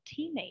teammate